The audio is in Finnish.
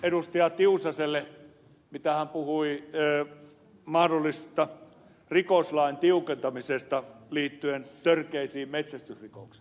tiusaselle kun hän puhui mahdollisesta rikoslain tiukentamisesta liittyen törkeisiin metsästysrikoksiin